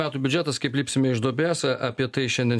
metų biudžetas kaip lipsime iš duobės apie tai šiandien